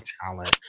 talent